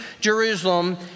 Jerusalem